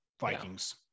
vikings